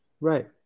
Right